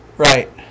Right